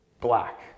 Black